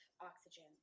oxygen